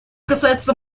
касается